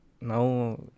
Now